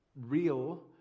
real